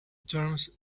terms